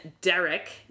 Derek